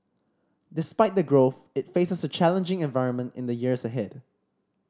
despite the growth it faces a challenging environment in the years ahead